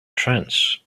trance